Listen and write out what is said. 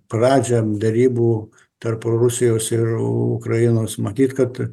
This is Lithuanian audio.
pradžią derybų tarp rusijos ir ukrainos matyt kad